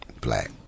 Black